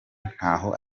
ntaho